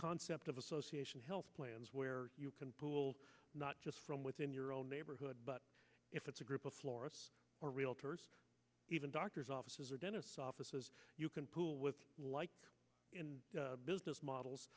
concept of association health plans where you can pool not just from within your own neighborhood but if it's a group of florist or realtors even doctors offices or dentists offices you can pull with like business models